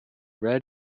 red